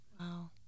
Wow